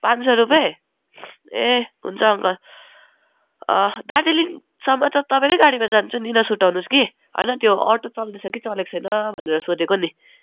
पाँच सौ रुपियाँ ए हुन्छ अङ्कल दार्जिलिङसम्म त तपाईँकै गाडीमा जान्छु नि नसुर्ताउनुहोस् कि होइन त्यो अटो चल्दैछ कि चलेको छैन भनेर सोधेको नि